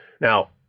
Now